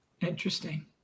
Interesting